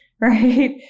right